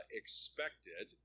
expected